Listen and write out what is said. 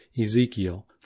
Ezekiel